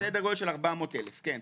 סדר גודל של 400,000, כן.